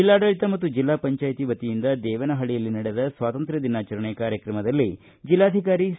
ಜಿಲ್ಲಾಡಳಿತ ಮತ್ತು ಜಿಲ್ಲಾಪಂಚಾಯತಿ ವತಿಯಿಂದ ದೇವನಹಳ್ಳಿಯಲ್ಲಿ ನಡೆದ ಸ್ವಾತ್ರಂತ್ರ್ಯ ದಿನಾಚರಣೆ ಕಾರ್ಯಕ್ರದಲ್ಲಿ ಜೆಲ್ಲಾಧಿಕಾರಿ ಸಿ